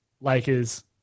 Lakers